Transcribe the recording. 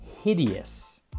hideous